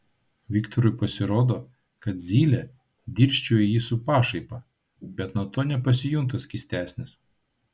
viktorui pasirodo kad zylė dirsčioja į jį su pašaipa bet nuo to nepasijunta skystesnis